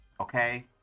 okay